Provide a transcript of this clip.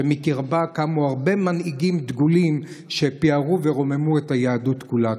שמקרבה קמו הרבה מנהיגים דגולים שפיארו ורוממו את היהדות כולה.